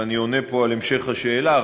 ואני עונה פה על המשך השאלה,